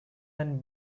and